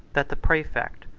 that the praefect,